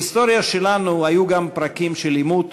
בהיסטוריה שלנו היו גם פרקים של עימות,